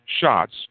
shots